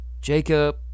Jacob